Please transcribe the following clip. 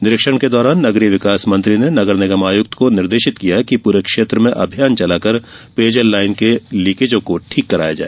निरीक्षण के दौरान नगरीय विकास मंत्री उन्होंने नगर निगम आयुक्त को निर्देशित किया कि पूरे क्षेत्र में अभियान चलाकर पेयजल लाइन की लीकेजों को ठीक कराया जाये